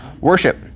Worship